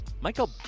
Michael